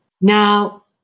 Now